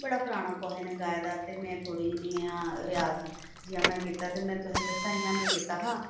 बड़ा पराना कुहै ने गाए दा ते में थोह्ड़ा नेहा रयाज जियां मै कीता ते में तुसेंगी दस्सा इयां में कीता हा